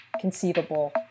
conceivable